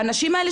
האנשים האלה,